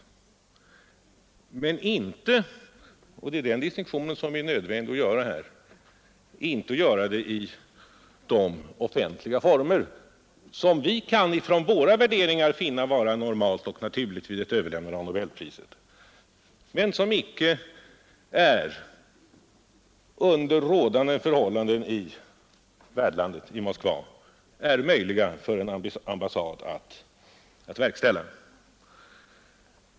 Man har emellertid inte — och det är den distinktionen som är nödvändig att göra här — varit villig att göra det i de offentliga former som vi från våra värderingar kan finna vara normala och naturliga vid ett överlämnande av nobelpriset men som icke under rådande förhållanden i värdlandet är möjliga för en ambassad i Moskva att verkställa.